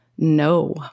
No